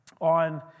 on